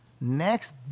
next